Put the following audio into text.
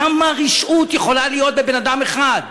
כמה רשעות יכולה להיות בבן-אדם אחד?